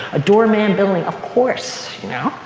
a doorman building of course, you know.